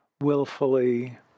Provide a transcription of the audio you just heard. willfully